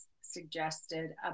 suggested